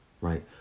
right